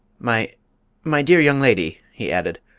my my dear young lady, he added,